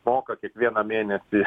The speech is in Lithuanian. moka kiekvieną mėnesį